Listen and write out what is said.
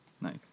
Nice